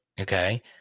Okay